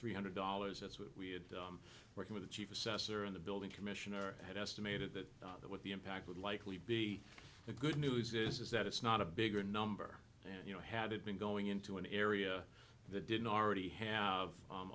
three hundred dollars that's what we had working with the chief assessor in the building commissioner had estimated that that what the impact would likely be the good news is is that it's not a bigger number and you know had it been going into an area that didn't already have